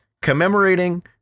commemorating